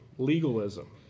legalism